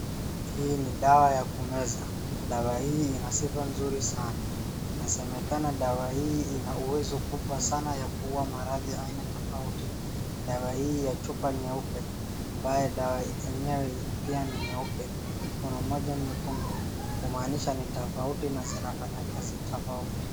Hii ni dawa ya kumeza. Dawa hii ina sifa nzuri sana. Inasemekana dawa hii ina uwezo mkubwa sana wa kuua maradhi ya aina tofauti. Dawa hii ya chupa nyeupe ambayo dawa yenyewe pia ni nyeupe, kuna moja nyekundu, kumaanisha ni tofauti na zinafanya kazi tofauti.